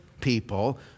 people